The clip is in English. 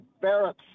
Barrett